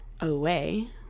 away